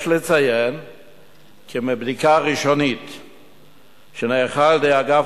יש לציין כי מבדיקה ראשונית שנערכה על-ידי האגף